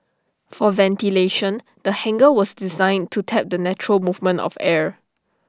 for ventilation the hangar was designed to tap the natural movement of air